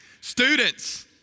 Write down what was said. Students